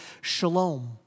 shalom